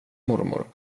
mormor